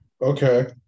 Okay